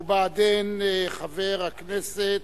ובעדין, חבר הכנסת